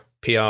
PR